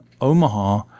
Omaha